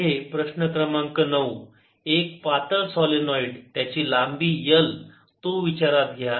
पुढे प्रश्न क्रमांक 9 एक पातळ सोलेनोईड त्याची लांबी L तो विचारात घ्या